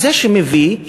זה שמביא,